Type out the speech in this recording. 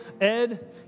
Ed